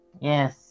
Yes